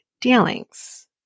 dealings